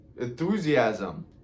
enthusiasm